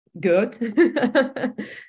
good